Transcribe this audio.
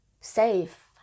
safe